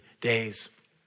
days